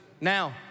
Now